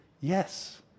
yes